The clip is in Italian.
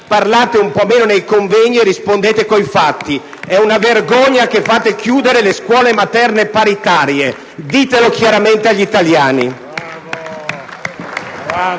Parlate un po' meno nei convegni e rispondete con i fatti. È una vergogna che fate chiudere le scuole materne paritarie. Ditelo chiaramente agli italiani!